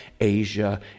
Asia